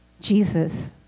Jesus